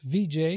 VJ